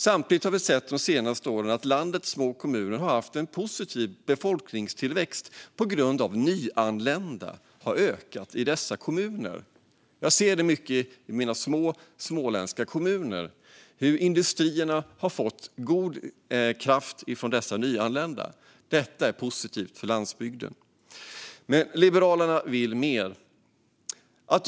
Samtidigt har vi de senaste åren sett att landets små kommuner har haft en positiv befolkningstillväxt på grund av att antalet nyanlända har ökat i dessa kommuner. Jag ser i mina små småländska kommuner hur industrierna har fått god kraft från dessa nyanlända. Detta är positivt för landsbygden. Liberalerna vill dock mer.